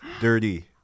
dirty